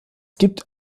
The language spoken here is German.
gibt